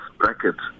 bracket